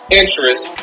interest